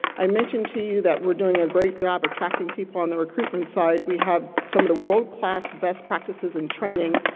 i mentioned to you that we are doing a great job of attracting people on the recruitment side. we have some of the world class best practices in training.